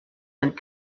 and